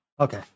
Okay